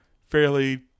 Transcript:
fairly